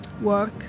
work